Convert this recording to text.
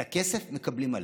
ואת הכסף הן מקבלות מלא.